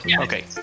okay